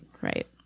right